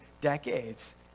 decades